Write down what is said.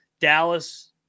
Dallas